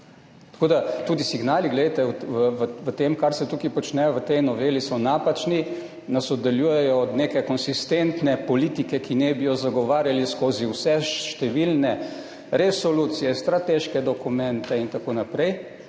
Tako da so signali v tem, kar se tukaj počne v tej noveli, napačni, nas oddaljujejo od neke konsistentne politike, ki naj bi jo zagovarjali skozi vse številne resolucije, strateške dokumente in tako naprej